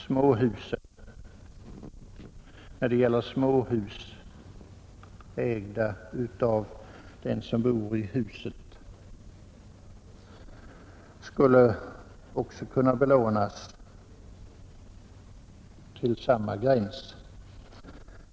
Även småhus, ägda av dem som bor i huset, skulle kunna belånas till samma gräns.